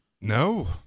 No